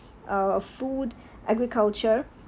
uh food agriculture